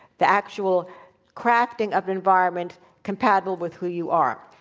the actual crafting of environment comparable with who you are.